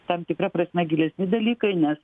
tam tikra prasme gilesni dalykai nes